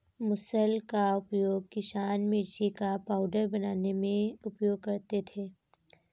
मुसल का उपयोग किसान मिर्ची का पाउडर बनाने में उपयोग करते थे